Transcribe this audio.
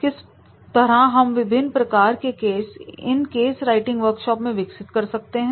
किस तरह हम विभिन्न प्रकार के केस इन केस राइटिंग वर्कशॉप में विकसित कर सकते हैं